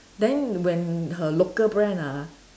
then when her local brand ah